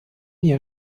jahr